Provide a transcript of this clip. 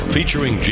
Featuring